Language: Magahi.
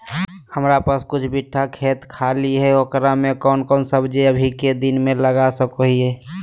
हमारा पास कुछ बिठा खेत खाली है ओकरा में कौन कौन सब्जी अभी के दिन में लगा सको हियय?